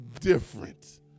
different